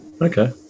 Okay